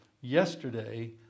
yesterday